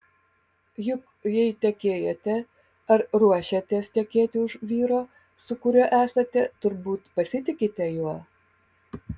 juk jei tekėjote ar ruošiatės tekėti už vyro su kuriuo esate turbūt pasitikite juo